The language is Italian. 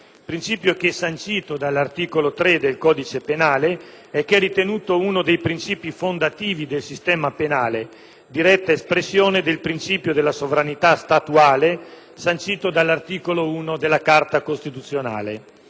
diritto penale, sancito dall'articolo 3 del codice penale, che è ritenuto uno dei principi fondativi del sistema penale, diretta espressione del principio della sovranità statuale, sancito dall'articolo 1 della Carta costituzionale.